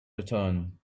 return